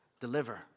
deliver